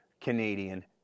Canadian